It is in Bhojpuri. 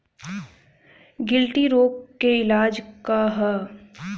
गिल्टी रोग के इलाज का ह?